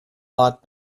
lot